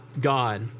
God